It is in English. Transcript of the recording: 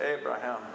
Abraham